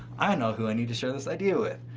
i know who i need to share this idea with.